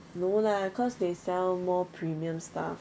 no lah they sell more premium stuff